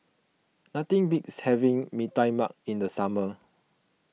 nothing beats having Mee Tai Mak in the summer